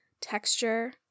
texture